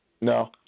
No